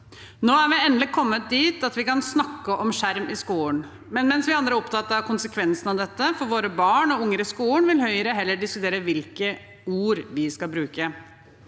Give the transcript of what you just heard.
Nå er vi endelig kommet dit at vi kan snakke om skjerm i skolen, men mens vi andre er opptatt av konsekvensen av dette for våre barn og unger i skolen, vil Høyre heller diskutere hvilke ord vi skal bruke.